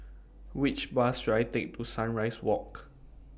Which Bus should I Take to Sunrise Walk